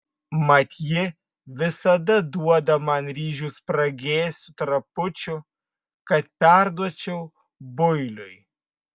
mat ji visada duoda man ryžių spragėsių trapučių kad perduočiau builiui